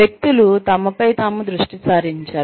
వ్యక్తులు తమపై తాము దృష్టి సారించారు